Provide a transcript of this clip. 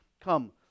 Come